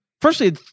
Firstly